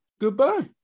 Goodbye